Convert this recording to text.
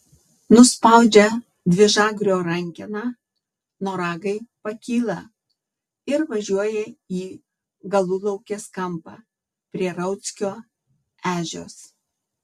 nuspaudžia dvižagrio rankeną noragai pakyla ir važiuoja į galulaukės kampą prie rauckio ežios